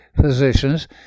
Physicians